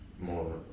more